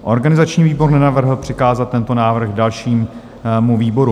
Organizační výbor nenavrhl přikázat tento návrh dalšímu výboru.